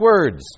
words